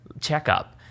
checkup